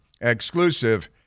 Exclusive